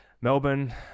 Melbourne